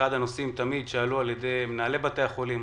אחד הנושאים שתמיד עלו על ידי מנהלי בתי החולים,